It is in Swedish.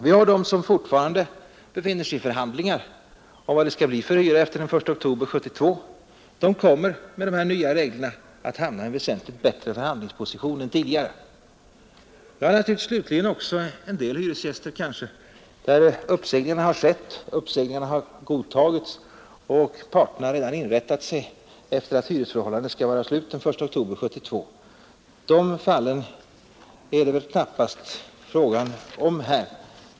Det finns de som fortfarande befinner sig i förhandlingar om hyran efter den I oktober 1972. De kommer med de nya reglerna att hamna i en väsentligt bättre förhandlingsposition än tidigare. Slutligen finns naturligtvis också en del fall där uppsägningar har skett och godtagits och parterna redan har inrättat sig efter det faktum att hyresförhållandet skall vara slut den 1 oktober 1972. De fallen är det väl knappast fråga om här.